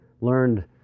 learned